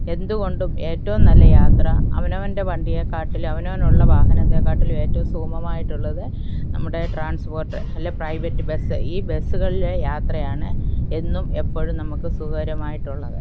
എന്തു കൊണ്ടും ഏറ്റവും നല്ല യാത്ര അവനവൻ്റെ വണ്ടിയേക്കാട്ടിലും അവനവനുള്ള വാഹനത്തേക്കാട്ടിലേറ്റവും സുഗമമായിട്ടുള്ളത് നമ്മുടെ ട്രാൻസ്പോർട്ട് അല്ലേ പ്രൈവറ്റ് ബസ് ഈ ബസ്സുകളിൽ യാത്രയാണ് എന്നും എപ്പോഴും നമുക്ക് സുഖകരമായിട്ടുള്ളത്